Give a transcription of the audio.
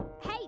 Hey